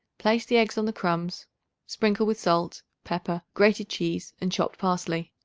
place the eggs on the crumbs sprinkle with salt, pepper, grated cheese and chopped parsley.